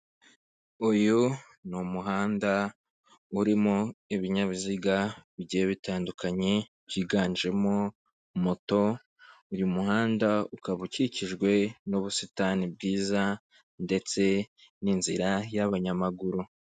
Uyu ni umuhanda urimo ibinyabiziga bigiye bitandukanye byiganjemo moto, uyu muhanda ukaba ukikijwe n'ubusitani bwiza, ndetse n'inzira y'abanyamaguru.